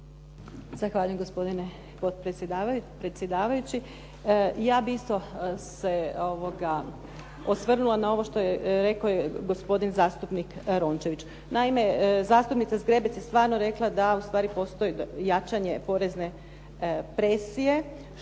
Zahvaljujem gospodine predsjedavajući. Ja bih isto se osvrnula na ovo što je rekao gospodin zastupnik Rončević. Naime, zastupnica Zgrebec je stvarno rekla da u stvari postoji jačanje porezne presije što nije